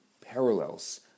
parallels